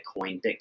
Bitcoin